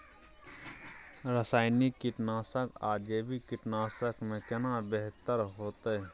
रसायनिक कीटनासक आ जैविक कीटनासक में केना बेहतर होतै?